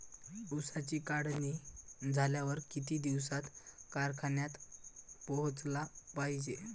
ऊसाची काढणी झाल्यावर किती दिवसात कारखान्यात पोहोचला पायजे?